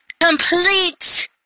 Complete